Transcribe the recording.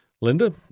Linda